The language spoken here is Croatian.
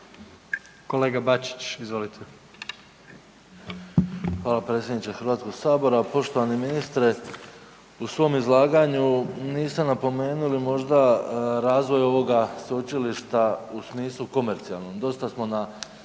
Kolega Bačić, izvolite.